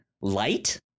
light